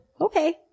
Okay